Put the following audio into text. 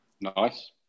nice